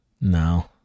no